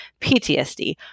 PTSD